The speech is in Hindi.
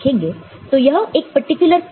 तो यह एक पर्टिकुलर ट्रुथ टेबल है